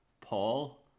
Paul